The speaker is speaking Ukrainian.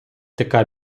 така